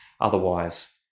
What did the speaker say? otherwise